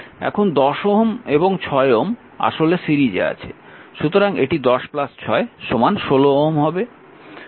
এখন 10Ω এবং 6Ω আসলে সিরিজে আছে সুতরাং এটি 10 6 16Ω হবে